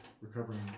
recovering